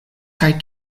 kaj